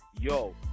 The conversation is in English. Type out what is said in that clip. yo